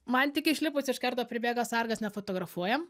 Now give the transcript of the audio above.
man tik išlipus iš karto pribėga sargas nefotografuojam